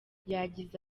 yagize